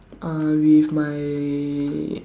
uh with my